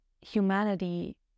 humanity